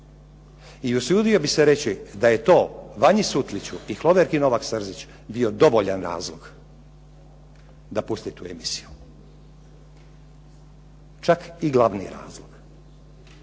I usudio bih se reći da je to Vanji Sutliću i Hloverki Novak-Srzić bio dovoljan razlog da puste tu emisiju, čak i glavni razlog.